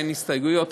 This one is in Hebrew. אין הסתייגויות.